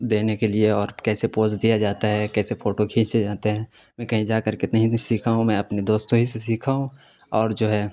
دینے کے لیے اور کیسے پوز دیا جاتا ہے کیسے فوٹو کھیچے جاتے ہیں میں کہیں جا کر کے کہیں نہیں سیکھا ہوں میں اپنے دوستوں ہی سے سیکھا ہوں اور جو ہے